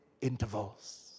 intervals